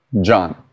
John